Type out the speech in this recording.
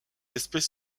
espèce